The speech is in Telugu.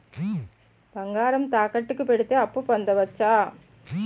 బంగారం తాకట్టు కి పెడితే అప్పు పొందవచ్చ?